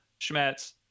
Schmetz